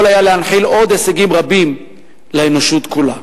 יכול היה להנחיל עוד הישגים רבים לאנושות כולה.